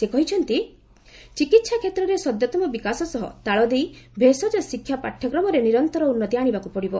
ସେ କହିଛନ୍ତି ଚିକିହା କ୍ଷେତ୍ରରେ ସଦ୍ୟତମ ବିକାଶ ସହ ତାଳଦେଇ ଭେଷଜ ଶିକ୍ଷା ପାଠ୍ୟକ୍ରମରେ ନିରନ୍ତର ଉନ୍ନତି ଆଶିବାକ୍ ପଡିବ